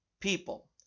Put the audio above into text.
people